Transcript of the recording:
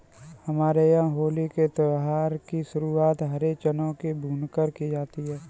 हमारे यहां होली के त्यौहार की शुरुआत हरे चनों को भूनकर की जाती है